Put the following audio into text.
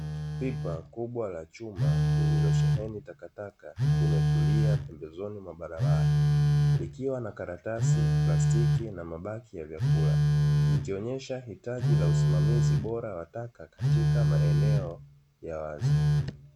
Pipa kubwa la chuma lililosheheni takataka limetulia pembezoni mwa barabara. Likiwa na karatasi, plastiki na mabaki ya chakula likionesha hitaji la usimamizi bora wa taka katika maeneo ya wazi.